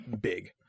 big